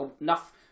enough